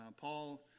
Paul